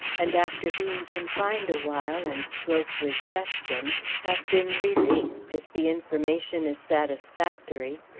and after being confined a while, and closely questioned, have been released, if the information is satisfactory.